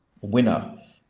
winner